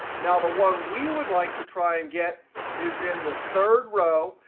now the one we would like to try and get is in the third row.